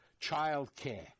childcare